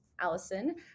Allison